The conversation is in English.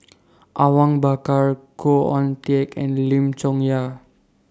Awang Bakar Khoo Oon Teik and Lim Chong Yah